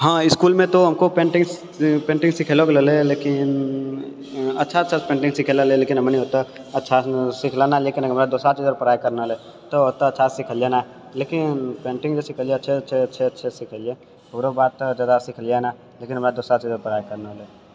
हँ इसकुलमे तो हमको पेन्टिङ्ग सिखैलऽ गेलै लेकिन अच्छा अच्छा पेन्टिङ्ग सिखैलै लेकिन हमनी ओतेक अच्छासँ सिखलहुँ नहि लेकिन हमरा दोसरा टीचरसँ पढ़ाइ करना रहै तऽ ओतेक अच्छासँ सिखलिए नहि लेकिन पेन्टिङ्ग जे सिखलिए अच्छे अच्छे अच्छे अच्छे सिखलिए ओकरो बाद तऽ ज्यादा सिखलिए नहि लेकिन हमरा दोसरा टीचरसँ पढ़ाइ करना रहै